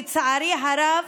לצערי הרב,